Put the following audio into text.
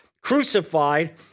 crucified